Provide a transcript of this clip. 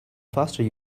faster